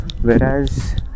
Whereas